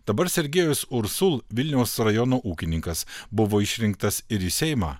dabar sergejus ursul vilniaus rajono ūkininkas buvo išrinktas ir į seimą